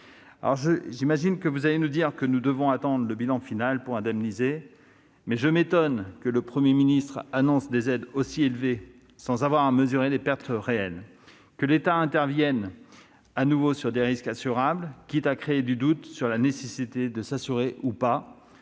j'imagine que vous allez nous dire que nous devons attendre le bilan final pour indemniser les exploitants. Cependant, je m'étonne que le Premier ministre puisse annoncer des aides aussi élevées sans avoir mesuré les pertes réelles, et que l'État intervienne de nouveau sur des risques assurables, quitte à créer un doute sur la nécessité de s'assurer ou pas,